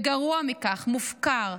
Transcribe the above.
וגרוע מכך, מופקר.